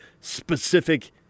specific